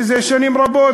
זה שנים רבות,